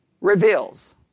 reveals